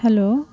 hello